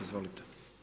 Izvolite.